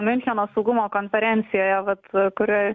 miuncheno saugumo konferencijoje vat kurioj